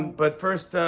but first,